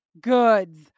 goods